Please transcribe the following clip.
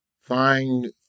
Find